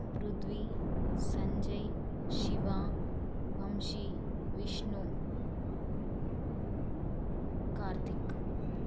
Prithvi Sanjay Shiva Vamsi Vishnu Karthik